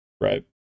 Right